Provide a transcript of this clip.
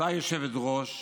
אותה יושבת-ראש,